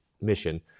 mission